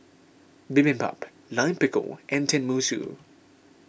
Bibimbap Lime Pickle and Tenmusu